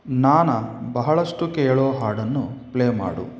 ನಾನು ಬಹಳಷ್ಟು ಕೇಳೋ ಹಾಡನ್ನು ಪ್ಲೇ ಮಾಡು